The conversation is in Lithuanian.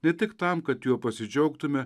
ne tik tam kad juo pasidžiaugtume